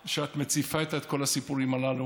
שאת מציפה את כל הסיפורים הללו,